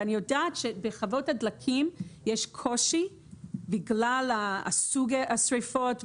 ואני יודעת שבחוות הדלקים יש קושי בגלל סוג השריפות.